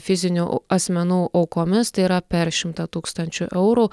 fizinių asmenų aukomis tai yra per šimtą tūkstančių eurų